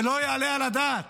ולא יעלה על הדעת